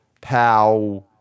pow